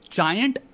giant